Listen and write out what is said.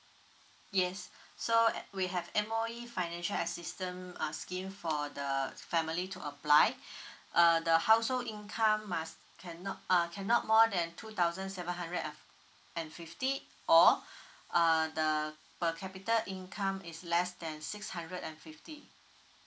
yes so we have M_O_E financial assistance uh scheme for the family to apply uh the household income must cannot err cannot more than two thousand seven hundred and and fifty or uh the per capita income is less than six hundred and fifty